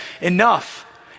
enough